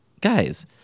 guys